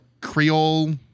creole